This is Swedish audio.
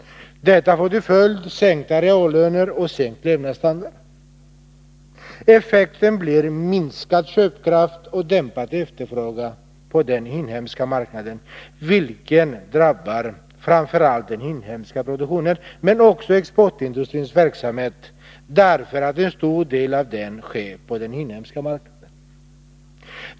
Detta får till följd sänkta reallöner och sänkt levnadsstandard. Effekten blir minskad köpkraft och dämpad efterfrågan på den inhemska marknaden, vilket drabbar framför allt den inhemska produktionen men också exportindustrins verksamhet, därför att en stor del av den bedrivs på den inhemska marknaden.